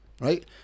right